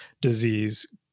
disease